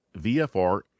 VFR